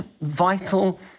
vital